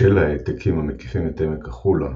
בשל ההעתקים המקיפים את עמק החולה,